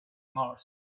mars